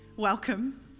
welcome